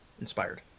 inspired